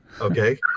Okay